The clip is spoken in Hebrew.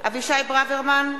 נגד אבישי ברוורמן,